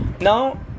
now